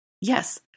Yes